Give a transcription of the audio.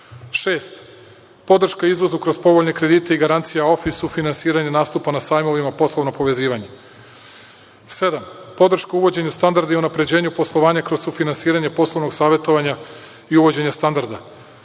– podrška izvozu kroz povoljne kredite i garancije AOFI, sufinansiranje nastupa na sajmovima, poslovno povezivanje. Pod sedam – podrška uvođenju standarda i unapređenju poslovanja kroz sufinansiranje poslovnog savetovanja i uvođenje standarda.